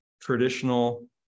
traditional